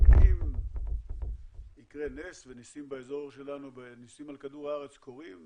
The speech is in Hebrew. אם יקרה נס, ונסים על כדור הארץ קורים,